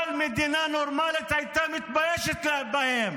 כל מדינה נורמלית הייתה מתביישת בהם.